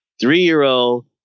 Three-year-old